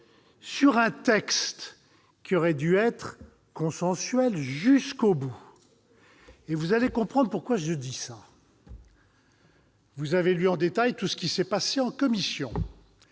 sur un texte qui aurait dû être consensuel jusqu'au bout. Vous allez comprendre pourquoi je dis cela. Pour avoir lu en détail tout ce qu'il s'est dit en commission,